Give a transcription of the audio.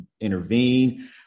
intervene